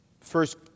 first